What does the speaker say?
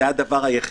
זה הדבר היחידי.